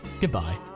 Goodbye